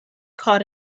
caught